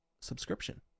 subscription